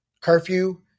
curfew